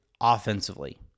offensively